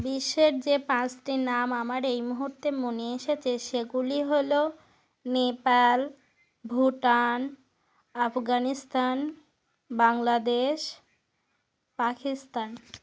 বিশ্বের যে পাঁসটি নাম আমার এই মুহুর্তে মনে এসেচে সেগুলি হল নেপাল ভুটান আফগানিস্তান বাংলাদেশ পাকিস্তান